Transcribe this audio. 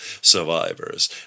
survivors